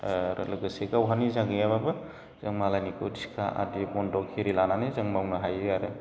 आरो लोगोसे गावहा निजा गैयाबाबो जों मालायनिखौ थिखा आदि बनदख एरि लानानै जों मावनो हायो आरो